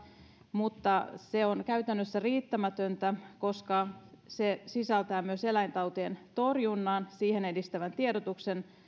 mutta se on käytännössä riittämätöntä koska se sisältää myös eläintautien torjunnan sitä edistävän tiedotuksen